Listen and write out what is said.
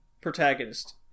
protagonist